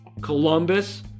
Columbus